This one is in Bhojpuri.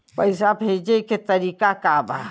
पैसा भेजे के तरीका का बा?